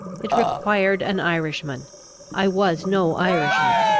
it required an irishman i was no irishman.